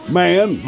man